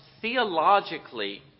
theologically